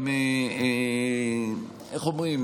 גם איך אומרים,